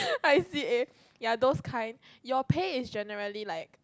I_C_A ya those kind your pay is generally like